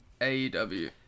AEW